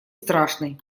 страшный